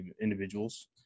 individuals